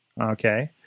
Okay